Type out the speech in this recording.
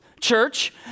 church